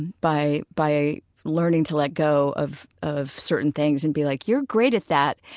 by by learning to let go of of certain things and be like, you're great at that.